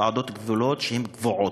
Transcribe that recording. ועדות גדולות שהן קבועות,